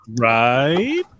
right